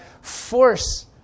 force